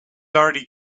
already